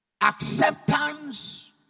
acceptance